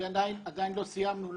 עדיין לא סיימנו.